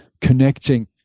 connecting